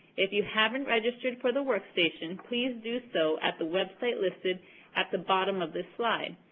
if you haven't registered for the workstation, please do so at the website listed at the bottom of this slide.